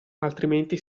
altrimenti